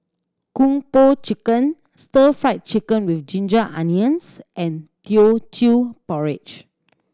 Kung Po Chicken Stir Fried Chicken With Ginger Onions and Teochew Porridge